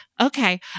okay